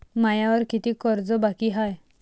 मायावर कितीक कर्ज बाकी हाय?